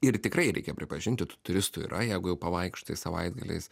ir tikrai reikia pripažinti tų turistų yra jeigu jau pavaikštai savaitgaliais